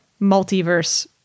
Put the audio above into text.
multiverse